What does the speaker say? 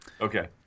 Okay